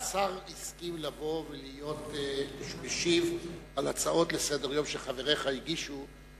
השר הסכים לבוא ולהשיב על הצעות לסדר-היום שחבריך הגישו,